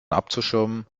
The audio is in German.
abzuschirmen